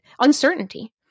uncertainty